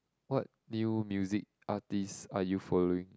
what new music artist are you following